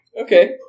Okay